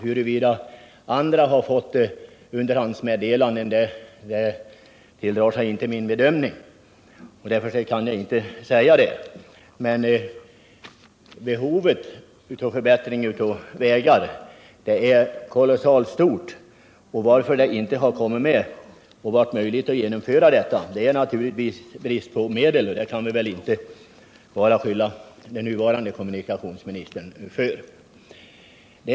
Huruvida andra hade fått underhandsmeddelanden undandrar sig mitt bedömande. Därför kan jag inte uttala mig om det. Jag betvivlar dock att så skulle vara fallet. Men behovet av förbättringar av vägar är kolossalt stort. Varför det inte varit möjligt att genomföra detta är naturligtvis en brist på medel — och det kan man väl inte bara skylla den nuvarande kommunikationsministern för.